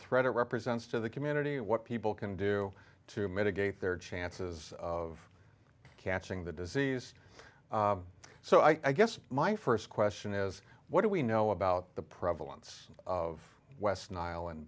threat it represents to the community and what people can do to mitigate their chances of catching the disease so i guess my st question is what do we know about the prevalence of west nile and